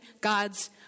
God's